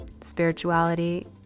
spirituality